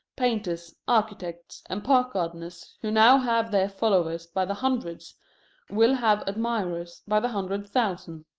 painters, architects, and park gardeners who now have their followers by the hundreds will have admirers by the hundred thousand.